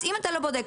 אז אם אתה לא בודק,